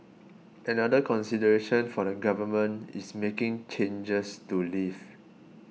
another consideration for the Government is making changes to leave